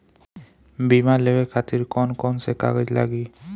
बीमा लेवे खातिर कौन कौन से कागज लगी?